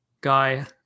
guy